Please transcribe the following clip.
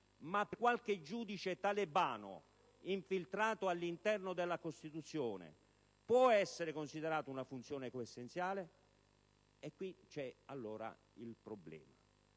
per qualche giudice talebano infiltrato all'interno della Costituzione può essere considerata una funzione coessenziale? Qui è allora il problema.